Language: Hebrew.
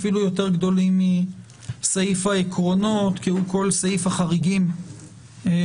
אפילו גדולים יותר מסעיף העקרונות כי הוא כל סעיף החריגים למיניהם.